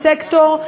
סקטור,